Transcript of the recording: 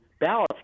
ballots